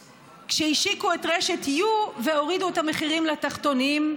כשהשיקו את רשת YOU והורידו את המחירים לתחתונים,